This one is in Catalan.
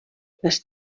les